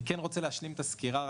אני רוצה להשלים את הסקירה.